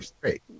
great